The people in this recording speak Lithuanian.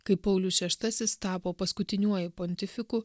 kai paulius šeštasis tapo paskutiniuoju pontifiku